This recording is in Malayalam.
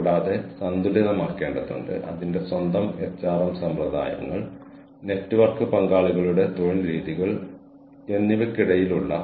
കൂടാതെ ആ ഫീഡ്ബാക്ക് അടിസ്ഥാനമാക്കി ഞങ്ങൾ ഞങ്ങളുടെ കഴിവുകൾ മെച്ചപ്പെടുത്തുന്നു